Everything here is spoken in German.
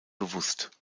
bewusst